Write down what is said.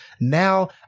Now